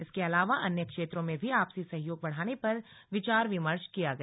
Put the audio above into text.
इसके अलावा अन्य क्षेत्रों में भी आपसी सहयोग बढ़ाने पर विचार विमर्श किया गया